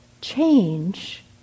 change